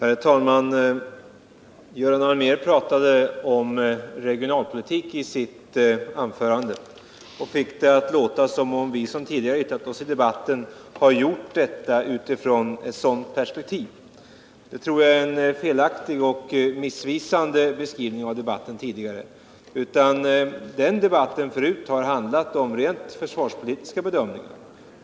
Herr talman! Göran Allmér talade om regionalpolitik i sitt anförande och fick det att låta som om vi som tidigare yttrat oss i debatten hade gjort det utifrån ett sådant perspektiv. Det är en felaktig och missvisande beskrivning av den tidigare debatten, som har handlat om rent försvarspolitiska bedömningar.